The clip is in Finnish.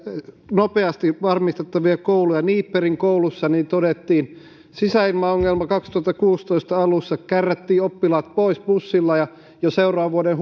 nopeasti valmistettavia kouluja niipperin koulussa todettiin sisäilmaongelma vuoden kaksituhattakuusitoista alussa kärrättiin oppilaat pois bussilla ja jo seuraavan vuoden